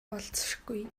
болзошгүй